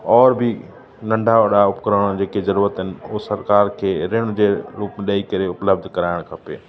और बि नंढा वॾा उपकरण जेके ज़रूरत आहिनि हो सरकार खे रिण जे रूप ॾेई करे उपलब्धु कराइणु खपे